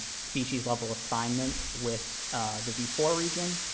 species-level assignment with the v four region.